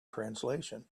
translation